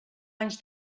anys